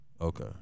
Okay